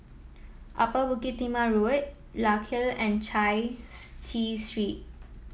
Upper Bukit Timah Road Larkhill Road and Chai Chee Street